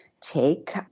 take